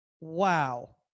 Wow